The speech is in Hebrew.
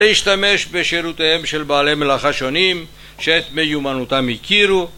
להשתמש בשירותיהם של בעלי מלאכה שונים שאת מיומנותם הכירו